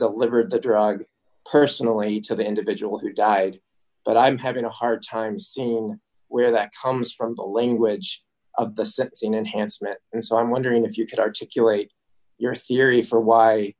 delivered the drug personal way to the individual who died but i'm having a hard time seeing where that comes from the language of the sense in enhanced mit and so i'm wondering if you could articulate your theory for why